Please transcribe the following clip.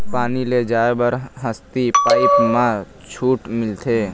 पानी ले जाय बर हसती पाइप मा छूट मिलथे?